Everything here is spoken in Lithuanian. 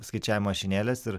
skaičiavimo mašinėlės ir